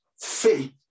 Faith